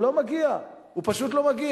הוא לא מגיע, הוא פשוט לא מגיע.